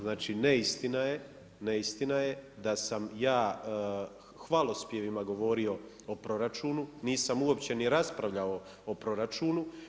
Znači neistina je da sam ja hvalospjevima gov orio o proračunu, nisam uopće ni raspravljao o proračunu.